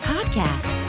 Podcast